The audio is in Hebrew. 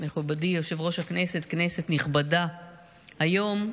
מכובדי יושב-ראש הכנסת, כנסת נכבדה, היום,